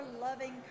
loving